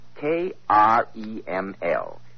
K-R-E-M-L